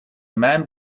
man